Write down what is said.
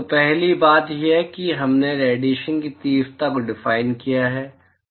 तो पहली बात यह है कि हमने रेडिएशन की तीव्रता को डिफाइन किया है